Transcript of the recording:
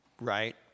right